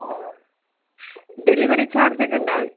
ആ ഡെലിവെറി ചാർജൊക്കെയുണ്ടോ